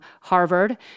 Harvard